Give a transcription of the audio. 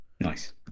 nice